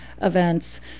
events